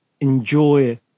enjoy